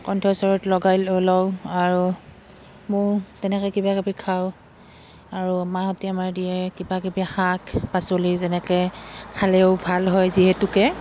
কণ্ঠস্বৰত লগাই লওঁ আৰু মোৰ তেনেকৈ কিবা কিবি খাওঁ আৰু মাহঁতে আমাৰ দিয়ে কিবা কিবি শাক পাচলি যেনেকে খালেও ভাল হয় যিহেতুকে